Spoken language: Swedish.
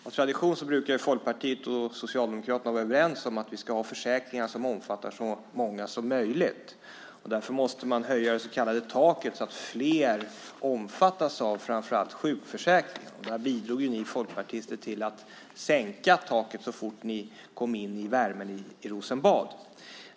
Av tradition brukar Folkpartiet och Socialdemokraterna vara överens om att vi ska ha försäkringar som omfattar så många som möjligt. Därför måste man höja det så kallade taket så att fler omfattas av framför allt sjukförsäkringen. Där bidrog ju ni folkpartister till att sänka taket så fort ni kom in i värmen i Rosenbad.